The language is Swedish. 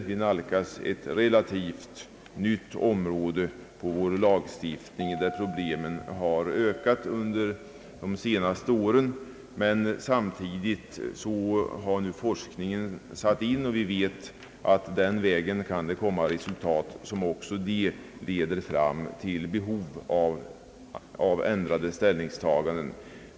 Vi nalkas ett relativt nytt område i vår lagstiftning där problemen under de senaste åren har ökat. Men samtidigt har nu forskningen satt in. Vi vet att det den vägen kan komma resultat som också de leder fram till behov av ändrade ställningstaganden.